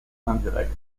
indirects